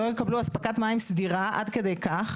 לא יקבלו אספקת מים סדירה, עד כדי כך.